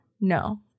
No